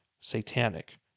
satanic